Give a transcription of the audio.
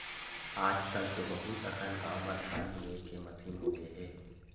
आजकल तो बहुत अकन गाँव म धान लूए के मसीन होगे हे